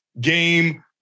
game